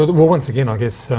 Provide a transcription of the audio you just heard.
well, once again, i guess,